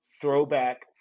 throwback